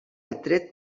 atret